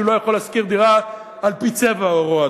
לא יכול לשכור דירה על-פי צבע עורו,